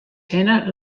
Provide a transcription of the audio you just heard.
hinne